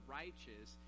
righteous